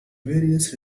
various